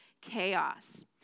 chaos